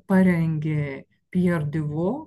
parengė pier diu vo